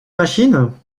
machine